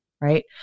Right